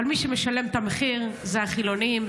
אבל מי שמשלם את המחיר הוא החילונים,